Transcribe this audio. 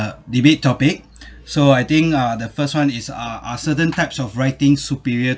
debate topic so I think uh the first one is uh are certain types of writing superior